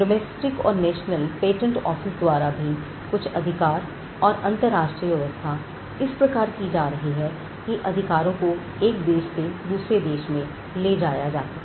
domestic और national patent office द्वारा भी कुछ अधिकार और अंतर्राष्ट्रीय व्यवस्था इस प्रकार की जा रही है कि अधिकारों को एक देश से दूसरे देश में ले जाया जा सके